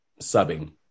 subbing